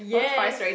yes